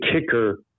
kicker